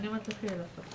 אני אפתח ואומר שזה לא כל כך